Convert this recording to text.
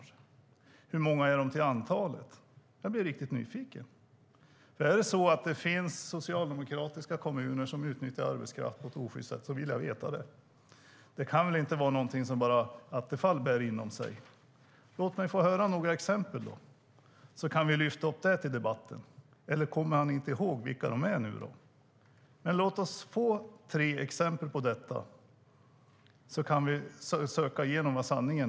Hur många är de till antalet? Jag blir riktigt nyfiken. Om det finns socialdemokratiska kommuner som utnyttjar arbetskraft på ett osjyst sätt vill jag veta det. Det kan väl inte vara något som bara Attefall bär inom sig. Låt mig få höra några exempel så kan vi lyfta upp det till debatt. Eller kommer han inte ihåg vilka de är? Låt oss få tre exempel på det så kan vi undersöka vad som är sant.